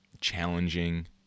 challenging